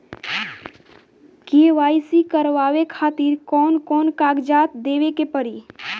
KYC करवावे खातिर कौन कौन कागजात देवे के पड़ी?